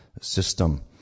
system